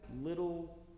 little